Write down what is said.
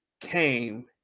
came